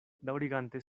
daŭrigante